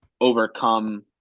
overcome